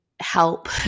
help